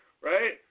right